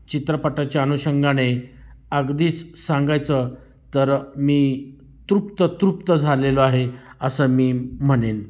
चित्रपटाच्या अनुषंगाने अगदीच सांगायचं तर मी तृप्त तृप्त झालेलो आहे असं मी म्हणेन